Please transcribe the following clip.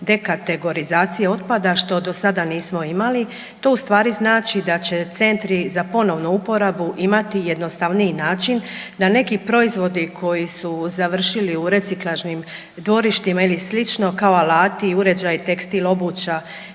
dekategorizacije otpada što do sada nismo imali. To u stvari znači da će centri za ponovnu uporabu imati jednostavniji način da neki proizvodi koji su završili u reciklažnim dvorištima ili slično kao alati i uređaji, tekstil, obuća,